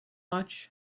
much